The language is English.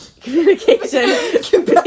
Communication